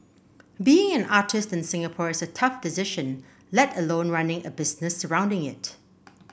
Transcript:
being an artist in Singapore is a tough decision let alone running a business surrounding it